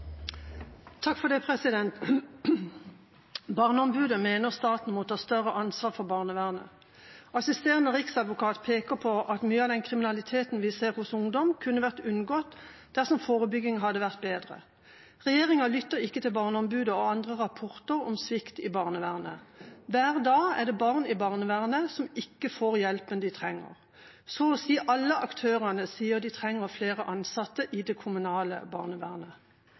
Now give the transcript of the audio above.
mener staten må ta større ansvar for barnevernet. Assisterende riksadvokat peker på at mye av den kriminaliteten vi ser hos ungdom, kunne vært unngått dersom forebyggingen hadde vært bedre. Regjeringen lytter ikke til Barneombudet og andre rapporter om svikt i barnevernet. Hver dag er det barn i barnevernet som ikke får hjelpen de trenger. Så å si alle aktørene sier de trenger flere ansatte i det kommunale barnevernet.